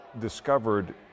discovered